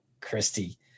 Christy